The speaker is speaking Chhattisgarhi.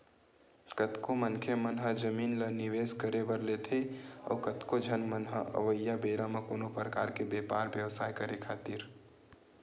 कतको मनखे मन ह जमीन ल निवेस करे बर लेथे अउ कतको झन मन ह अवइया बेरा म कोनो परकार के बेपार बेवसाय करे खातिर